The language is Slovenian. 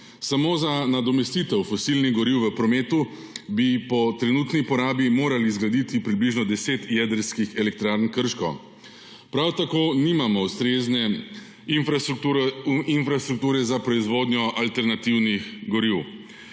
Samo za nadomestitev fosilnih goriv v prometu bi po trenutni porabi morali zgraditi približno deset jedrskih elektrarn Krško. Prav tako nimamo ustrezne infrastrukture za proizvodnjo alternativnih goriv.